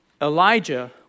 Elijah